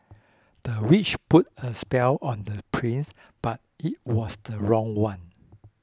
the witch put a spell on the prince but it was the wrong one